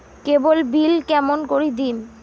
কেবল bill কেমন করি দিম?